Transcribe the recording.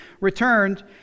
returned